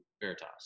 Veritas